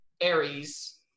Aries